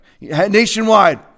Nationwide